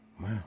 Wow